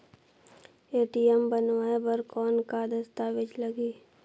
ATM बनवाय बर कौन का दस्तावेज लगही?